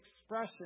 expression